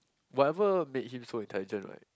whatever made him so intelligent right